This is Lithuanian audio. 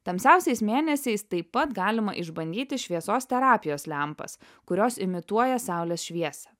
tamsiausiais mėnesiais taip pat galima išbandyti šviesos terapijos lempas kurios imituoja saulės šviesą